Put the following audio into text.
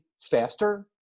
faster